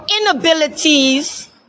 inabilities